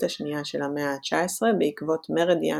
השנייה של המאה ה-19 בעקבות מרד ינואר,